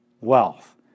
wealth